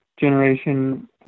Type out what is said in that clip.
generation